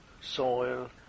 soil